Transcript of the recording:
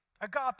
agape